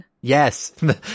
Yes